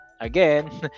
again